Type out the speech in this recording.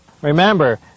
Remember